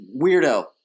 weirdo